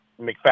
McFadden